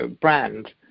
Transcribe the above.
brand